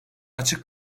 açık